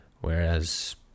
Whereas